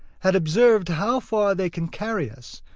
had observed how far they can carry us,